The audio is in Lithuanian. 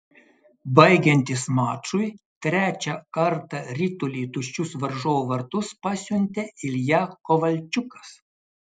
baigiantis mačui trečią kartą ritulį į tuščius varžovų vartus pasiuntė ilja kovalčiukas